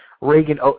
Reagan